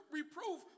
reproof